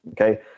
okay